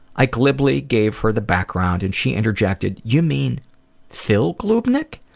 i glibly gave her the background and she interjected, you mean phil gloopnik?